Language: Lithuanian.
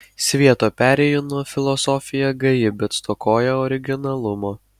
svieto perėjūno filosofija gaji bet stokoja originalumo